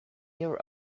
your